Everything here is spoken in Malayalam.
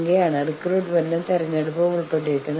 നിങ്ങൾക്ക് ഇത് രണ്ടിന്റെയും പ്രയോജനം നേടാൻ കഴിയില്ല